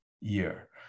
year